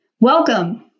Welcome